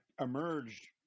emerged